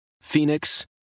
Phoenix